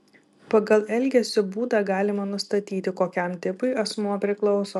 pagal elgesio būdą galima nustatyti kokiam tipui asmuo priklauso